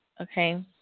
okay